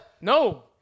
No